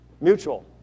Mutual